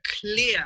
clear